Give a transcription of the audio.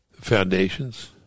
foundations